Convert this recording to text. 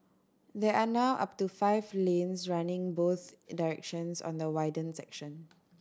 there are now up to five lanes running both in directions on the widened section